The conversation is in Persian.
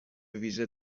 ویژه